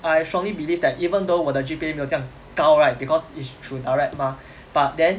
but I strongly believe that even though 我的 G_P_A 没有这样高 right because it's through direct mah but then